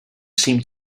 seemed